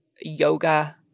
yoga